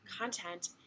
content